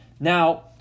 Now